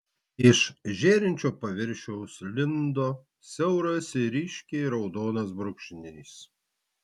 iš žėrinčio paviršiaus lindo siauras ryškiai raudonas brūkšnys